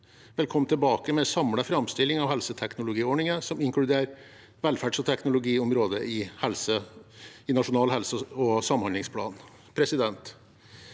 vil komme tilbake med en samlet framstilling av helseteknologiordningen som inkluderer velferds- og teknologiområdet i Nasjonal helse- og samhandlingsplan. Til